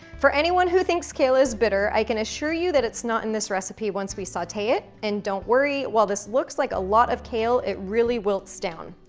for anyone who thinks kale is bitter, i can assure you that it's not in this recipe once we saute it. and, don't worry, while this looks like a lot of kale, it really wilts down.